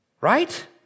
Right